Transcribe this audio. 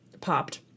popped